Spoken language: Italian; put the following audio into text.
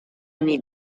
ogni